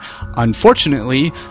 Unfortunately